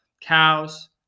cows